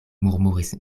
murmuris